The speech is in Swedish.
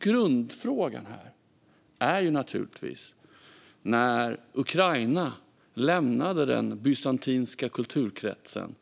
Grundfrågan här är naturligtvis när Ukraina lämnade den bysantinska kulturkretsen,